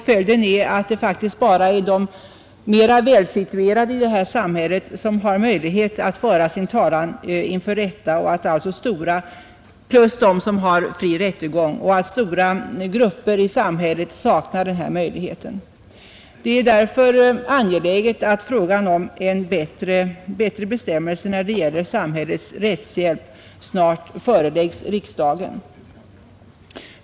Följden är att det bara är de mera välsituerade i detta samhälle som har möjlighet att föra sin talan inför domstol, plus de som har fri rättegång, medan stora grupper i samhället saknar denna möjlighet. Det är därför angeläget att frågan om en vidgning av samhällets rättshjälp snart föreläggs riksdagen.